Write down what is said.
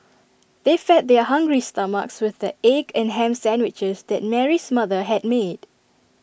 they fed their hungry stomachs with the egg and Ham Sandwiches that Mary's mother had made